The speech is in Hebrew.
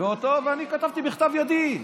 ואני כתבתי בכתב ידי,